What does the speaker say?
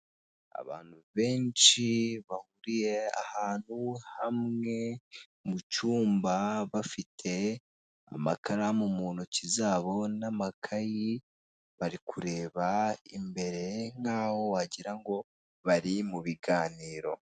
Abantu benshi bahuriye ahantu hamwe mu cyumba, bafite amakaramu mu ntoki zabo n'amakayi bari kureba imbere nkaho wagirango bari mu biganiro.